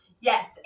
yes